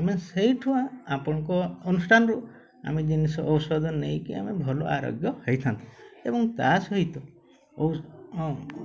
ଆମେ ସେଇଠୁ ଆପଣଙ୍କ ଅନୁଷ୍ଠାନରୁ ଆମେ ଜିନିଷ ଔଷଧ ନେଇକି ଆମେ ଭଲ ଆରୋଗ୍ୟ ହେଇଥାନ୍ତା ଏବଂ ତା ସହିତ